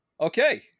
Okay